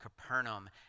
Capernaum